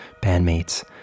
bandmates